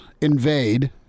Invade